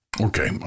Okay